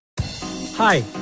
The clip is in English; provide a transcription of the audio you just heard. Hi